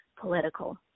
political